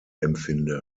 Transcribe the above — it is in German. empfinde